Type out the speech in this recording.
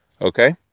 Okay